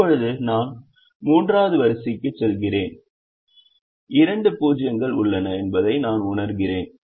இப்போது நான் 3 வது வரிசையில் செல்கிறேன் இரண்டு 0 கள் உள்ளன என்பதை நான் கவனிக்கிறேன்